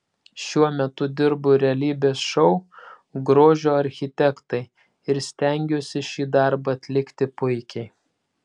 šiuo metu dirbu realybės šou grožio architektai ir stengiuosi šį darbą atlikti puikiai